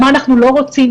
מה אנחנו לא רוצים,